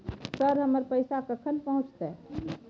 Sir, हमर पैसा कखन पहुंचतै?